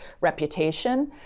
reputation